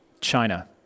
China